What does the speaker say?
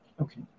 Okay